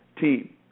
team